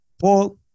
Paul